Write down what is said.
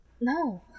No